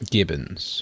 Gibbons